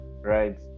right